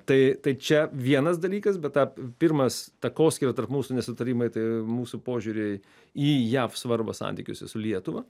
tai tai čia vienas dalykas bet ta pirmas takoskyra tarp mūsų nesutarimai tai mūsų požiūriai į jav svarbą santykiuose su lietuva